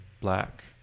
black